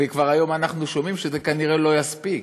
וכבר היום אנחנו שומעים שזה כנראה לא יספיק?